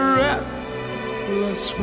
restless